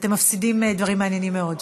אתם מפסידים דברים מעניינים מאוד.